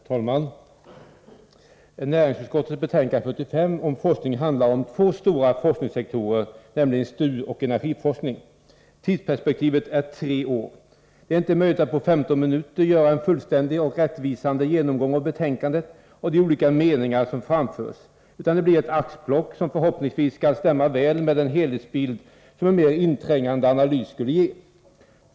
Herr talman! Näringsutskottets betänkande nr 45 om forskning behandlar två stora forskningssektorer, nämligen STU och energiforskning. Tidsperspektivet är tre år. Det är inte möjligt att på 15 minuter göra en fullständig och rättvisande genomgång av betänkandet och de olika meningar som framförs, utan det blir ett axplock som förhoppningsvis skall stämma väl med den heltidsbild som en mer inträngande analys skulle ge.